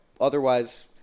otherwise